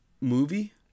movie